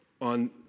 on